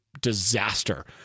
disaster